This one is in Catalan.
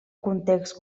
context